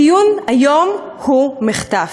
הדיון היום הוא מחטף.